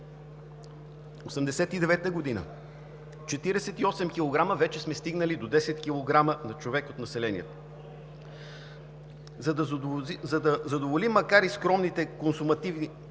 1989 г. – 48 кг, вече сме стигнали до 10 кг на човек от населението. За да задоволим макар и скромните консумативни